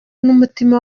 n’umutima